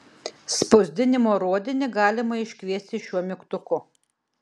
spausdinimo rodinį galima iškviesti šiuo mygtuku